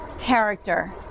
character